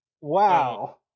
Wow